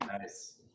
Nice